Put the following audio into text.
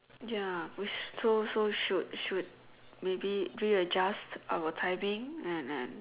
ya we so so should should maybe re-adjust our timing and and